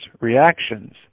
reactions